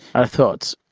i thought,